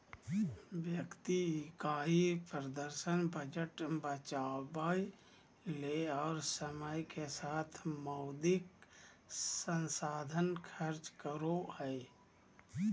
व्यक्ति इकाई प्रदर्शन बजट बचावय ले और समय के साथ मौद्रिक संसाधन खर्च करो हइ